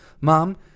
Mom